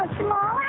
small